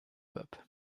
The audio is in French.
pape